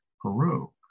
peru